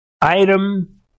item